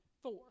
four